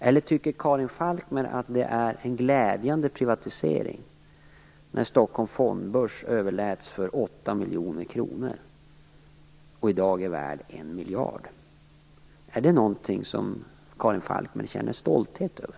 Eller tycker Karin Falkmer att det är en glädjande privatisering att Stockholms Fondbörs överläts för 8 miljoner kronor och i dag är värt 1 miljard kronor? Är det någonting som Karin Falkmer känner stolthet över?